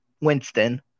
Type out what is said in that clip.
winston